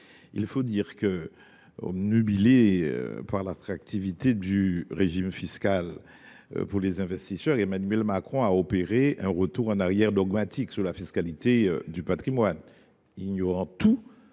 la verdir. Obnubilé par l’attractivité du régime fiscal applicable aux investisseurs, Emmanuel Macron a opéré un retour en arrière dogmatique sur la fiscalité du patrimoine, ignorant tous